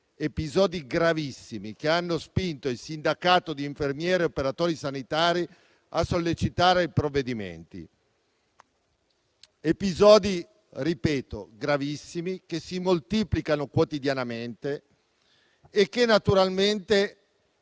episodi gravissimi, che hanno spinto il sindacato di infermieri e operatori sanitari a sollecitare provvedimenti. Gli episodi ribadisco che sono gravissimi e si moltiplicano quotidianamente e naturalmente